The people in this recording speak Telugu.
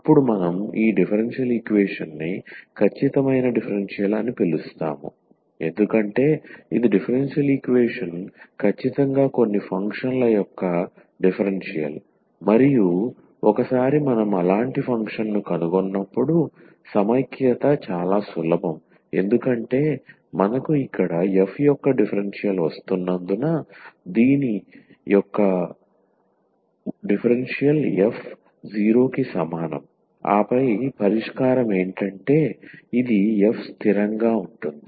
అప్పుడు మనం ఈ డిఫరెన్షియల్ ఈక్వేషన్ని ఖచ్చితమైన డిఫరెన్షియల్ అని పిలుస్తాము ఎందుకంటే ఇది డిఫరెన్షియల్ ఈక్వేషన్ ఖచ్చితంగా కొన్ని ఫంక్షన్ లు యొక్క డిఫరెన్షియల్ మరియు ఒకసారి మనం అలాంటి ఫంక్షన్ను కనుగొన్నప్పుడు సమైక్యత చాలా సులభం ఎందుకంటే మనకు ఇక్కడ f యొక్క డిఫరెన్షియల్ ఉన్నందున దీని యొక్క డిఫరెన్షియల్ 𝑓 0 కి సమానం ఆపై పరిష్కారం ఏంటంటే ఇది 𝑓 స్థిరంగా ఉంటుంది